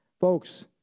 Folks